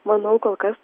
manau kol kas